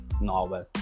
novel